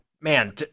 man